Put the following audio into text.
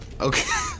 Okay